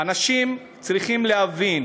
אנשים צריכים להבין